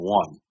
one